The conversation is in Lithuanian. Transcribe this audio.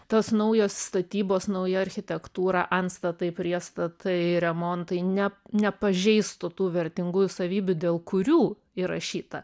tos naujos statybos nauja architektūra antstatai priestatai remontai ne nepažeistų tų vertingųjų savybių dėl kurių įrašyta